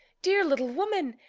dear little woman!